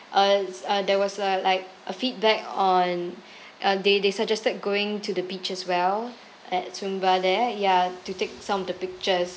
uh uh there was a like a feedback on uh they they suggested going to the beach as well at sumba there ya to take some of the pictures